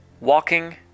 walking